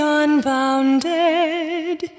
unbounded